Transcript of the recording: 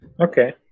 Okay